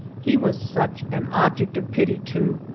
he was such an object of pity, too,